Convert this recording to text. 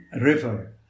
River